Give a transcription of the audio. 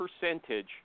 percentage